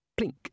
plink